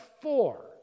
four